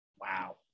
Wow